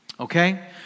Okay